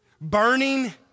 Burning